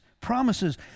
promises